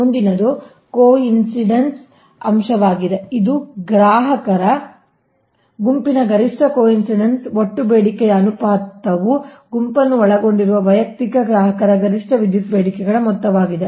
ಮುಂದಿನದು ಕೋಇನ್ಸಿಡೆನ್ಸ್ ಅಂಶವಾಗಿದೆ ಇದು ಗ್ರಾಹಕರ ಗುಂಪಿನ ಗರಿಷ್ಠ ಕೋಇನ್ಸಿಡೆನ್ಸ್ ಒಟ್ಟು ಬೇಡಿಕೆಯ ಅನುಪಾತವು ಗುಂಪನ್ನು ಒಳಗೊಂಡಿರುವ ವೈಯಕ್ತಿಕ ಗ್ರಾಹಕರ ಗರಿಷ್ಠ ವಿದ್ಯುತ್ ಬೇಡಿಕೆಗಳ ಮೊತ್ತವಾಗಿದೆ